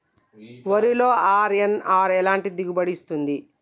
వరిలో అర్.ఎన్.ఆర్ ఎలాంటి దిగుబడి ఇస్తుంది?